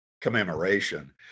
commemoration